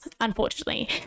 unfortunately